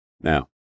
Now